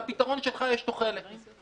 לפתרון שלך יש תוחלת -- איזה מזל שבאת,